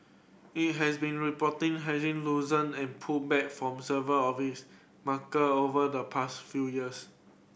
it has been reporting hefty loosen and pulled back from several of its marker over the past few years